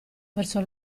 verso